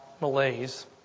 malaise